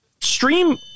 stream